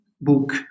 book